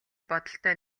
бодолтой